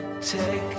Take